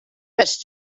best